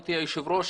גברתי היושבת-ראש,